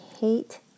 hate